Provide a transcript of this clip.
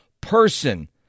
person